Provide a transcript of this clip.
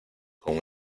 con